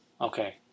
okay